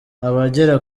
abagera